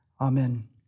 Amen